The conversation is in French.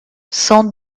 cent